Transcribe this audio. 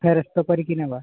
ଫେରସ୍ତ କରିକି ନେବା